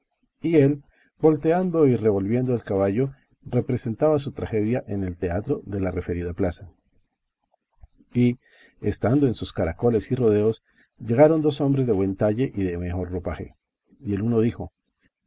y él volteando y revolviendo el caballo representaba su tragedia en el teatro de la referida plaza y estando en sus caracoles y rodeos llegaron dos hombres de buen talle y de mejor ropaje y el uno dijo